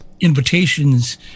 invitations